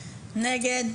נגד?